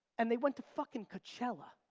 and they went to fuckin' coachella.